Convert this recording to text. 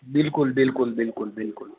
બિલકુલ બિલકુલ બિલકુલ બિલકુલ